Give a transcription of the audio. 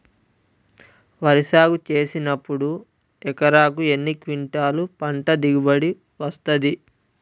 వరి సాగు చేసినప్పుడు ఎకరాకు ఎన్ని క్వింటాలు పంట దిగుబడి వస్తది?